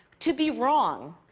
to be wrong,